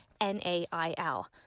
N-A-I-L